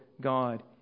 God